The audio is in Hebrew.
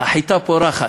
החיטה פורחת,